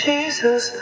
Jesus